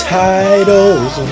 titles